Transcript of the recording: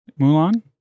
Mulan